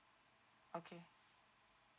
okay